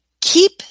keep